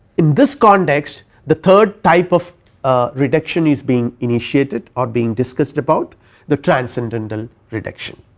in this context the third type of reduction is being initiated or being discussed about the transcendental reduction.